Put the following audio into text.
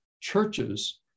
churches